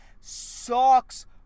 Sucks